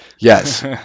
Yes